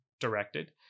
directed